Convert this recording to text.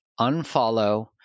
unfollow